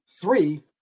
three